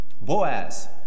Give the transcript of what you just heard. Boaz